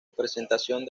presentación